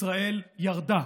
ישראל ירדה.